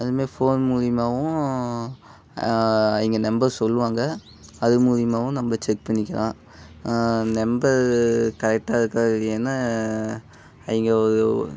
அது மாரி ஃபோன் மூலியமாகவும் இங்கே நம்பர் சொல்லுவாங்க அது மூலியமாகவும் நம்ப செக் பண்ணிக்கலாம் நம்பர் கரெக்டாக இருக்கா இல்லையான்னு அங்கே ஒரு